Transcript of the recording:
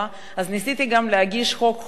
אז ניסיתי גם להגיש חוק חוזר,